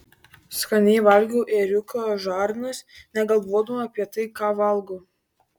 skaniai valgiau ėriuko žarnas negalvodama apie tai ką valgau